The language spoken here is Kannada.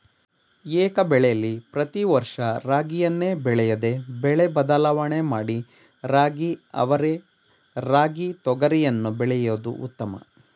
ಏಕಬೆಳೆಲಿ ಪ್ರತಿ ವರ್ಷ ರಾಗಿಯನ್ನೇ ಬೆಳೆಯದೆ ಬೆಳೆ ಬದಲಾವಣೆ ಮಾಡಿ ರಾಗಿ ಅವರೆ ರಾಗಿ ತೊಗರಿಯನ್ನು ಬೆಳೆಯೋದು ಉತ್ತಮ